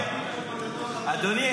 אדוני,